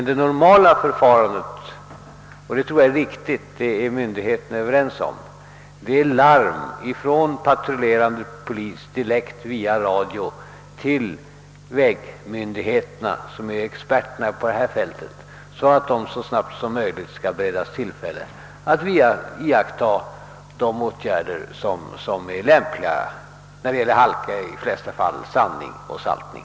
Det normala förfarandet är dock — där är myndigheterna överens — att en patrullerande polis direkt via radio larmar vägmyndigheterna, som ju är experter på området, för att de så snabbt som möjligt skall vidta de åtgärder som kan vara lämpliga, d.v.s. i de flesta fall sandning och saltning.